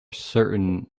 certain